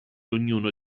ognuno